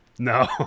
No